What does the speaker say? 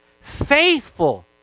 Faithful